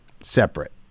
separate